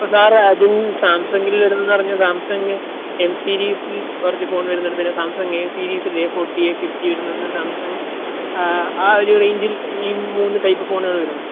ആ സാറേ അത് സാംസംഗിൽ വരുന്നത് എന്ന് പറഞ്ഞാൽ സാംസംഗ് എം സിരീസിൽ കുറച്ച് ഫോൺ വരുന്നുണ്ട് പിന്നെ സാംസംഗ് എ സിരീസിൽ എ ഫോർട്ടി എ ഫിഫ്റ്റി വരുന്നുണ്ട് സാംസംഗ് ആ ഒരു റേഞ്ചിൽ ഈ മൂന്ന് ടൈപ്പ് ഫോണുകൾ വരുന്നുണ്ട്